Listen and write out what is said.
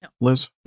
Liz